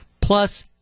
plus